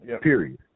Period